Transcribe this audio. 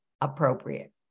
appropriate